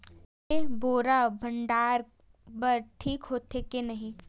Jute के बोरा भंडारण बर ठीक होथे के नहीं?